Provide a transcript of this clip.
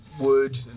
wood